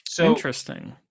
Interesting